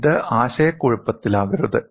ഇത് ആശയക്കുഴപ്പത്തിലാക്കരുത്